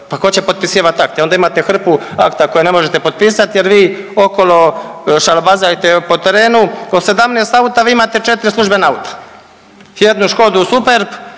pa tko će potpisivat akte i onda imate hrpu akta koje ne možete potpisati jer vi okolo šalabajzate po terenu od 17 auta, vi imate 4 službena auta. Jednu Škodu superb,